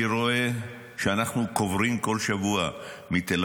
אני רואה שאנחנו קוברים כל שבוע מתל